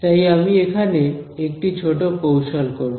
তাই আমি এখানে একটি ছোট কৌশল করব